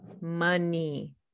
money